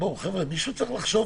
או משהו כזה.